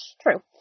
True